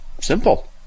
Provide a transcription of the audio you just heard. simple